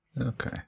okay